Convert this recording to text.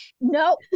No